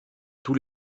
tous